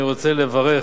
אני רוצה לברך